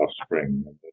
offspring